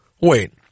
Wait